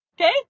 okay